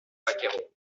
vaquero